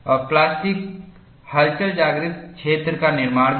और प्लास्टिक हलचल जागृत क्षेत्र का निर्माण भी